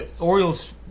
Orioles